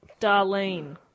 Darlene